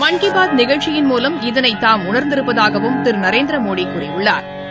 மன் கி பாத் நிகழ்ச்சியின் மூவம் இதனை தாம் உணா்ந்திருப்பதாகவும் திரு நரேந்திரமோடி கூறியுள்ளாா்